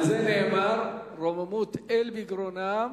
על זה נאמר: "רוממות אל בגרונם".